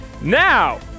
Now